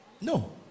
No